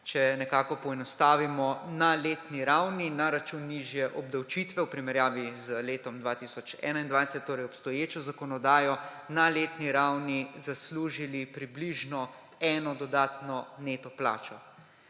če nekako poenostavimo, na letni ravni na račun nižje obdavčitve v primerjavi z letom 2021, torej obstoječo zakonodajo, na letni ravni zaslužili približno eno dodatno neto plačo,